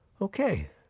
okay